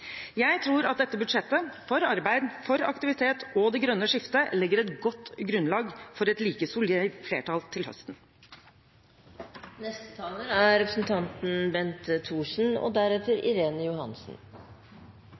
Jeg tror at dette budsjettet – for arbeid, for aktivitet og for det grønne skiftet – legger et godt grunnlag for et like solid flertall til høsten. Denne regjeringen – og